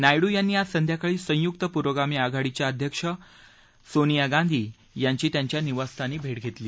नायडू यांनी आज संध्याकाळी संयुक्त पुरोगामी आघाडीच्या अध्यक्ष सोनिया गांधी यांची त्यांच्या निवासस्थानी भेट घेतली